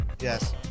Yes